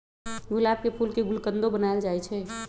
गुलाब के फूल के गुलकंदो बनाएल जाई छई